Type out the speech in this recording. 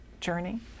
journey